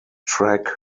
track